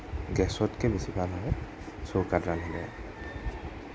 গেছতকৈ বেছি ভাল হয় চৌকাত ৰান্ধিলে